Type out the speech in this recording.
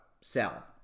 sell